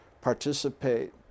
participate